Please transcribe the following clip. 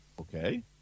Okay